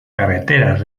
carreteras